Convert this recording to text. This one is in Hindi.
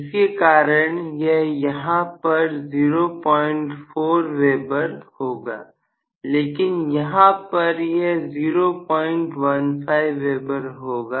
जिसके कारण यह यहां पर 04Wb होगा लेकिन यहां पर यह 015Wb होगा